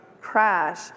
crash